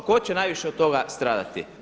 Tko će najviše od toga stradati?